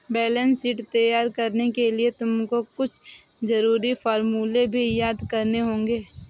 balance sheet तैयार करने के लिए तुमको कुछ जरूरी फॉर्मूले भी याद करने होंगे